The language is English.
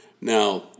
Now